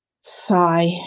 sigh